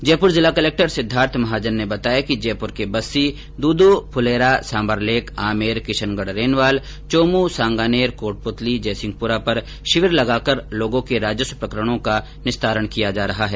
जयपुर जिला कलक्टर सिद्वार्थ महाजन के बताया कि जयपुर के बस्सी दूदू फुलेरा सांभरलेक आर्मर किशनगढरेनवाल चौमूं सांगानेर कोटप्रतली जयसिंहपुरा पर शिविर लगाकर लागों के राजस्व प्रकरणों का निस्तारण किया जायेगा